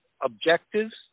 objectives